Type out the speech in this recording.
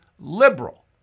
liberal